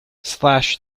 slash